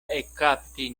ekkapti